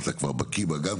ואתה בקיא גם בה,